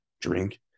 drink